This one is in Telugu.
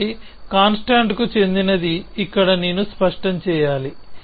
కాబట్టి కాన్స్ట్టాంట్కు చెందినది ఇక్కడ నేను స్పష్టం చేయాలి